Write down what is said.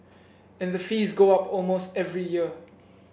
and the fees go up almost every year